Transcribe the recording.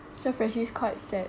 this year freshie quite sad